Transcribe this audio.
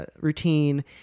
routine